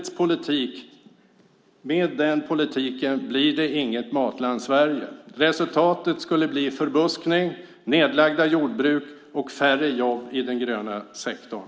Med vänsterexperimentets politik blir det inget matland Sverige. Resultatet skulle bli förbuskning, nedlagda jordbruk och färre jobb i den gröna sektorn.